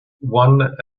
one